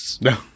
No